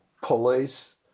police